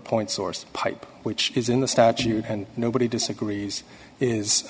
point source pipe which is in the statute and nobody disagrees is